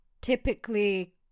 typically